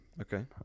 Okay